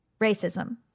racism